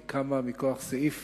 היא קמה מכוח סעיף